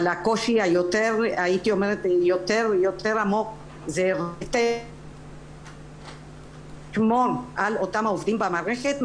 אבל הקושי היותר עמוק זה יותר לשמור על אותם העובדים במערכת.